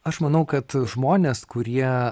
aš manau kad žmonės kurie